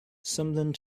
something